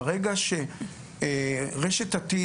ברגע שרשת עתיד,